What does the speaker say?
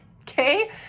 okay